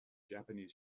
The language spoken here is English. japanese